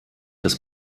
das